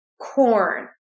corn